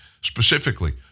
specifically